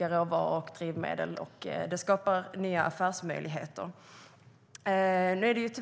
råvaror och drivmedel, och det skapar nya affärsmöjligheter.